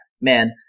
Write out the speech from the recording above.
man